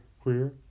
Queer